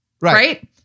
right